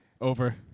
over